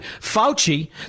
Fauci